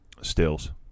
Stills